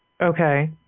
Okay